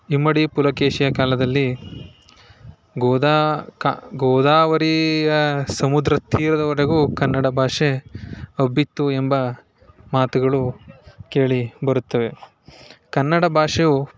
ಇಮ್ಮಡಿ ಪುಲಕೇಶಿಯ ಕಾಲದಲ್ಲಿ ಗೋದಾ ಕ ಗೋದಾವರಿಯ ಸಮುದ್ರ ತೀರದವರೆಗೂ ಕನ್ನಡ ಭಾಷೆ ಅಬ್ಬಿತ್ತು ಎಂಬ ಮಾತುಗಳು ಕೇಳಿ ಬರುತ್ತವೆ ಕನ್ನಡ ಭಾಷೆಯು